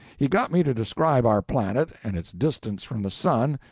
he got me to describe our planet and its distance from the sun,